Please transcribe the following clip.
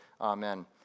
Amen